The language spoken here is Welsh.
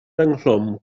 ynghlwm